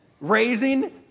Raising